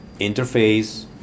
interface